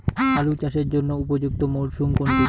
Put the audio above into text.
আলু চাষের জন্য উপযুক্ত মরশুম কোনটি?